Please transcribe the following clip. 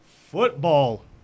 football